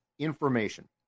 information